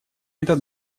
этот